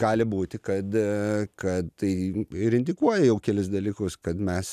gali būti kad kad tai ir indikuoja jau kelis dalykus kad mes